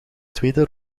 tweede